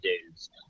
dudes